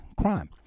crime